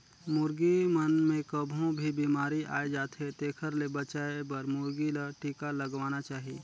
मुरगी मन मे कभों भी बेमारी आय जाथे तेखर ले बचाये बर मुरगी ल टिका लगवाना चाही